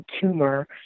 tumor